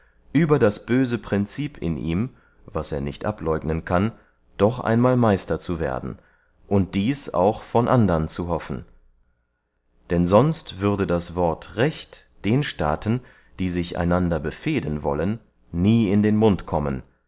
über das böse princip in ihm was er nicht ableugnen kann doch einmal meister zu werden und dies auch von andern zu hoffen denn sonst würde das wort recht den staaten die sich einander befehden wollen nie in den mund kommen